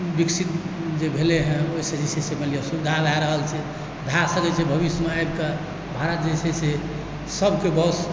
विकसित जे भेलै हँ ओहिसँ जे छै से मानि लिअ सुविधा भए रहल छै भए सकै छै भविष्यमे आबिकऽ भारत जे छै से सभके बॉस